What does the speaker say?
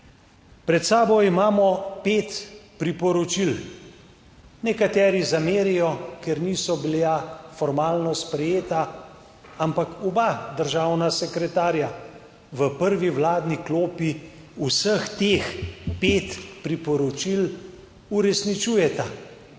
Pred sabo imamo pet priporočil, nekateri zamerijo, ker niso bila formalno sprejeta, ampak oba državna sekretarja v prvi vladni klopi vseh teh pet priporočil uresničujeta